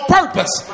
purpose